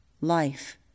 life